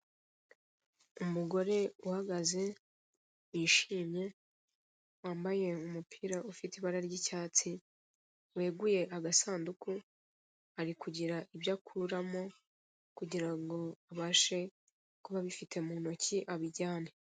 Umugore uhagaze yishimye, wambaye umupira ufite ibara ry'icyatsi weguye agasanduku ari kugira ibyo akuramo kugirango abashe kuba bifite mu ntoki abijyane.